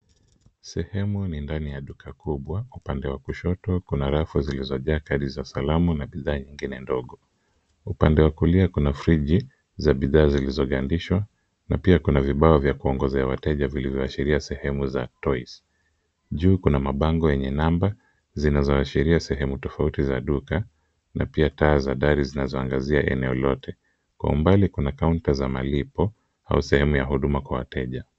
Sehemu ni ndani ya duka kubwa, upande wa kushoto kuna rafu zilizojaa kadi za salamu na bidhaa nyingine ndogo. Upande wa kulia kuna friji za bidhaa zilizogandishwa, na pia kuna vibao vya kuongozea wateja vilivyoashiria sehemu za toys .Juu kuna mabango yenye namba zinazoashiria sehemu tofauti za duka, na pia taa za dari zinaangazia eneo lote. Kwa umbali Kuna kaunta za malipo au sehemu ya huduma kwa wateja.